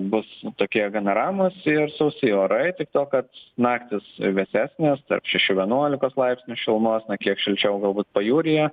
bus tokie gana ramūs sausi orai tik tuo kad naktys vėsesnės tarp šešių vienuolikos laipsnių šilumos kiek šilčiau galbūt pajūryje